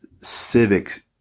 civics